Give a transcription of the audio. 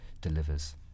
delivers